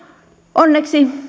onneksi